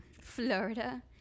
florida